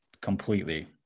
completely